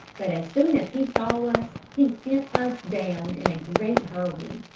but as soon as he saw us he sent us down in a great hurry.